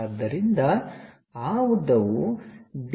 ಆದ್ದರಿಂದ ಆ ಉದ್ದವು D